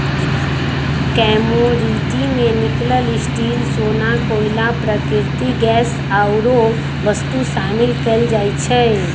commodity में nickel, steel,, सोना, कोइला, प्राकृतिक गैस आउरो वस्तु शामिल कयल जाइ छइ